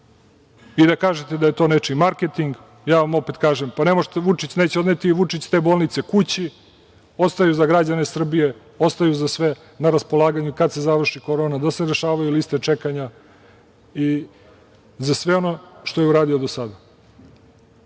I da kažete da je to nečiji marketing, ja vam opet kažem – pa, ne možete, neće Vučić odneti te bolnice kući, ostaju za građane Srbije, ostaju za sve na raspolaganju, kad se završi korona, da se rešavaju liste čekanja i za sve ono što je uradio do